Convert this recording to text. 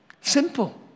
Simple